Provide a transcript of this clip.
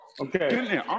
Okay